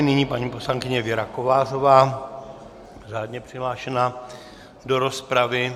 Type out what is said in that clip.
Nyní paní poslankyně Věra Kovářová, řádně přihlášená do rozpravy.